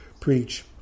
preach